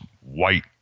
white